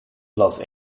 los